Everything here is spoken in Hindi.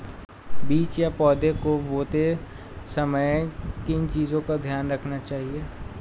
बीज या पौधे को बोते समय किन चीज़ों का ध्यान रखना चाहिए?